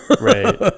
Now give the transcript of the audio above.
Right